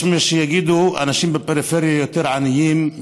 יש מי שיגידו שאנשים בפריפריה יותר עניים,